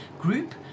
group